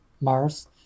Mars